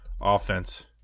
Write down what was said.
offense